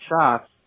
shots